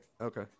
Okay